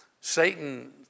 Satan